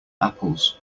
apples